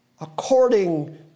according